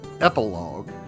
epilogue